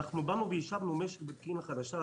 אנחנו יישבנו משק בפקיעין החדשה,